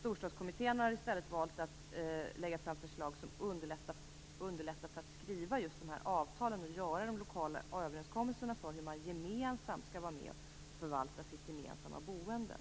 Storstadskommittén har i stället valt att lägga fram förslag som underlättar just när man skall skriva just dessa avtal och när man lokalt skall komma överens om hur man gemensamt skall förvalta sitt gemensamma boende.